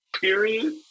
period